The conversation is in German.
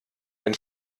wenn